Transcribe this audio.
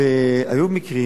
היו מקרים